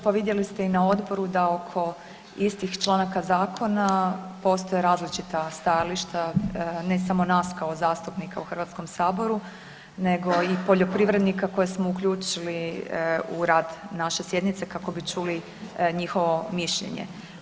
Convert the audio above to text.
Pa vidjeli ste i na odboru da oko istih članaka zakona postoje različita stajališta ne samo nas kao zastupnika u HS nego i poljoprivrednika koje smo uključili u rad naše sjednice kako bi čuli njihovo mišljenje.